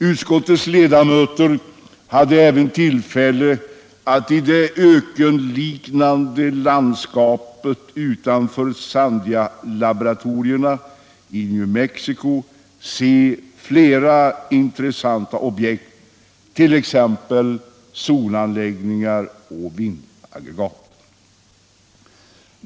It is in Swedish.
Utskottets ledamöter hade även tillfälle att i det ökenliknande landskapet utanför Sandia-laboratorierna i New Mexico se flera intressanta objekt, t.ex. solanläggningar och vindaggregat.